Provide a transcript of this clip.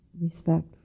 respect